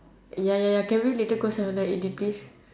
ya ya ya can we later go seven eleven eat it please